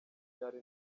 ryari